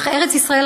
אך ארץ-ישראל,